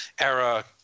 era